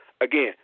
again